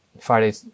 Friday